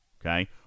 Okay